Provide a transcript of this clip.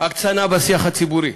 הקצנה בשיח הציבורי.